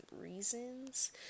reasons